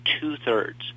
two-thirds